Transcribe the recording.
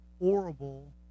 horrible